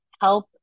help